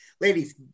Ladies